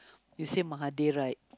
you say Mahathir right